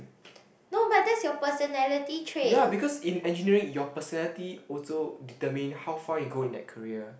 ya because in engineering your personality also determine how far you go in that career